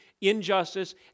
injustice